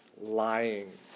lying